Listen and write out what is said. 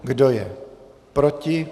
Kdo je proti?